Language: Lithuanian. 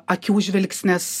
akių žvilgsnis